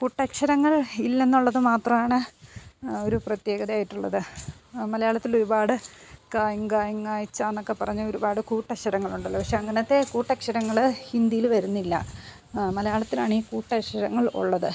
കൂട്ടക്ഷരങ്ങൾ ഇല്ല എന്നുള്ളത് മാത്രമാണ് ഒരു പ്രത്യേകതയായിട്ട് ഉള്ളത് മലയാളത്തിൽ ഒരുപാട് കാ ങ്ക ങ്ങ ച്ച എന്നൊക്കെ പറഞ്ഞ ഒരുപാട് കൂട്ടക്ഷരങ്ങളുണ്ടല്ലോ പക്ഷേ അങ്ങനത്തെ കൂട്ടക്ഷരങ്ങൾ ഹിന്ദിയിൽ വരുന്നില്ല മലയാളത്തിലാണ് ഈ കൂട്ടക്ഷരങ്ങൾ ഉള്ളത്